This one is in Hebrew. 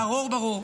ברור, ברור.